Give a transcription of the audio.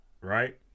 right